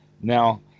Now